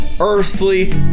earthly